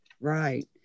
Right